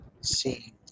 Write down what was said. see